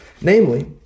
Namely